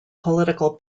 political